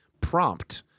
prompt